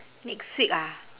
next week ah